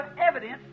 evidence